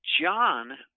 John